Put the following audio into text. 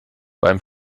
beim